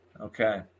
Okay